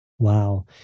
Wow